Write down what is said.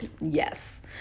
Yes